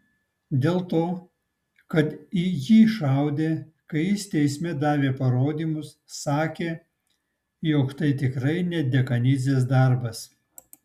dėl to kad į jį šaudė kai jis teisme davė parodymus sakė jog tai tikrai ne dekanidzės darbas